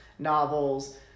novels